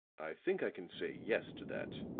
i think i can say yes to that,